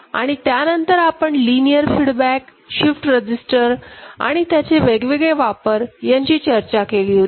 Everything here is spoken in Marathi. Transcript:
आणि त्यानंतर आपण लिनियर फीडबॅक शिफ्ट रजिस्टर आणि त्याचे वेगवेगळे वापर यांची चर्चा केली होती